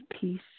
peace